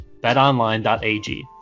betonline.ag